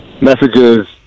messages